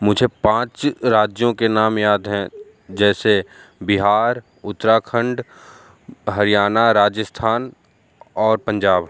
मुझे पाँच राज्यों के नाम याद हैं जैसे बिहार उत्तराखंड हरियाणा राजस्थान और पंजाब